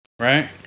Right